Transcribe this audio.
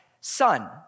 son